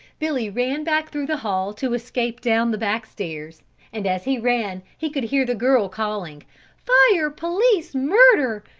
billy ran back through the hall to escape down the back stairs and as he ran he could hear the girl calling fire! police! murder!